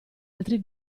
altri